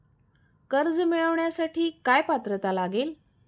कर्ज मिळवण्यासाठी काय पात्रता लागेल?